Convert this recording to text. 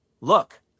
look